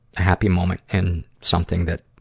a happy moment in something that,